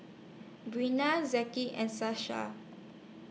Briana Zackery and Sasha